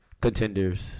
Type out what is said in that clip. Contenders